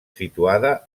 situada